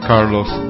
Carlos